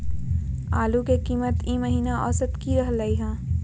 आलू के कीमत ई महिना औसत की रहलई ह?